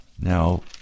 Now